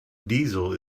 diesel